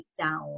down